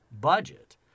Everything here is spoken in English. budget